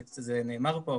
זה נאמר פה,